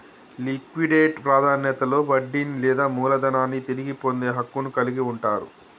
liquidate ప్రాధాన్యతలో వడ్డీని లేదా మూలధనాన్ని తిరిగి పొందే హక్కును కలిగి ఉంటరు